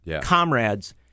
comrades